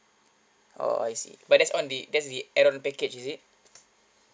oh I see but that's on the that's the add on package is it